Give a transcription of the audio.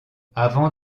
avant